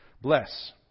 bless